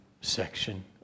section